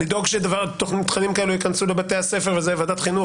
לדאוג שתכנים כאלה ייכנסו לבתי הספר ועדת חינוך,